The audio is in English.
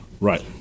Right